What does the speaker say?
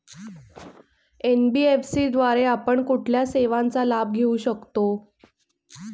NBFC द्वारे आपण कुठल्या सेवांचा लाभ घेऊ शकतो?